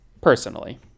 personally